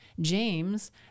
James